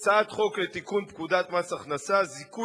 הצעת חוק לתיקון פקודת מס הכנסה (זיכוי